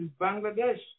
Bangladesh